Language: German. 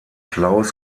claus